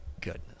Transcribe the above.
goodness